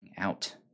Out